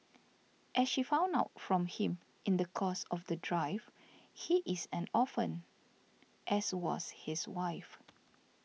as she found out from him in the course of the drive he is an orphan as was his wife